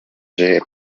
energy